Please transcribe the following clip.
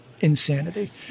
insanity